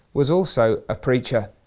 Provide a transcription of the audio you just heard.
was also a preacher,